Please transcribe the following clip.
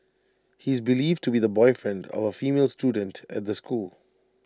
he is believed to be the boyfriend of A female student at the school